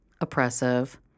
oppressive